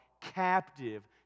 captive